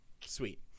Sweet